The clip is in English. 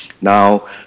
Now